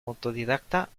autodidacta